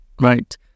Right